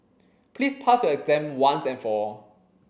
please pass your exam once and for all